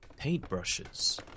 Paintbrushes